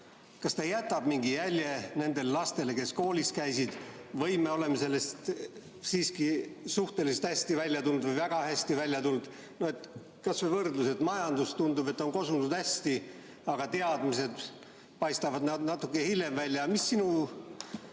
aasta jätab mingi jälje nendele lastele, kes koolis käisid, või me oleme sellest siiski suhteliselt hästi välja tulnud või väga hästi välja tulnud? Kas või võrdlus. Tundub, et majandus on kosunud hästi, aga teadmised paistavad natuke hiljem välja. Mis sinu